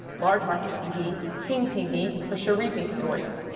large market tv king-tv for sharify stories.